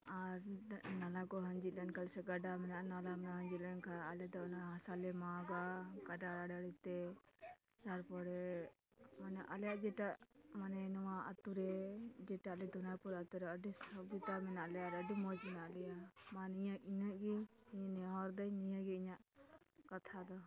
ᱟᱨ ᱱᱟᱞᱟ ᱠᱚ ᱟᱸᱡᱮᱫ ᱞᱮᱱᱠᱷᱟᱡ ᱥᱮ ᱜᱟᱰᱟ ᱢᱮᱱᱟᱜᱼᱟ ᱱᱟᱞᱟ ᱟᱸᱡᱮᱫ ᱞᱮᱱᱠᱷᱟᱡ ᱟᱞᱮ ᱫᱚ ᱚᱱᱟ ᱦᱟᱥᱟᱞᱮ ᱢᱟᱜᱟ ᱜᱟᱰᱟ ᱟᱲᱮᱼᱟᱲᱮᱛᱮ ᱛᱟᱨᱯᱚᱨᱮ ᱢᱟᱱᱮ ᱟᱞᱮᱭᱟᱜ ᱡᱮᱴᱟ ᱢᱟᱱᱮ ᱱᱚᱣᱟ ᱟᱛᱳᱨᱮ ᱡᱮᱴᱟ ᱟᱞᱮ ᱫᱷᱩᱱᱟᱭᱯᱩᱨ ᱟᱛᱳᱨᱮ ᱟᱹᱰᱤ ᱥᱩᱵᱤᱫᱷᱟ ᱢᱮᱱᱟᱜ ᱞᱮᱭᱟ ᱟᱨ ᱟᱹᱰᱤ ᱢᱚᱡᱽ ᱢᱮᱱᱟᱜ ᱞᱮᱭᱟ ᱢᱟ ᱱᱤᱭᱟᱹ ᱤᱱᱟᱹ ᱜᱮᱧ ᱱᱮᱦᱚᱨᱮᱫᱟᱹᱧ ᱱᱤᱭᱟᱹᱜᱮ ᱤᱧᱟᱜ ᱠᱟᱛᱷᱟ ᱫᱚ